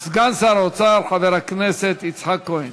חבר הכנסת יצחק כהן.